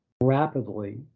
rapidly